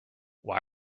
why